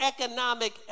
economic